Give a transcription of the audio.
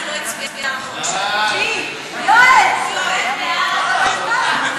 להעביר את הצעת חוק כלי הירייה (תיקון מס' 19)